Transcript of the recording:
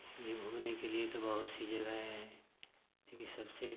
इसलिए घूमने के लिए तो बहुत सी जगह हैं लेकिन सबसे